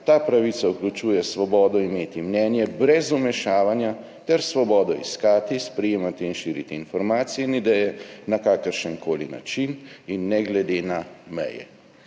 ta pravica vključuje svobodo imeti mnenje brez vmešavanja ter svobodo iskati, sprejemati in širiti informacije in ideje na kakršenkoli način in ne glede na meje.«